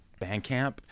Bandcamp